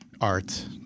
art